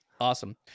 Awesome